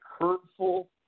hurtful